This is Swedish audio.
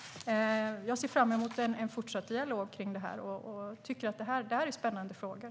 Jag ser fram emot en fortsatt dialog om det här och tycker att det är spännande frågor.